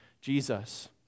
Jesus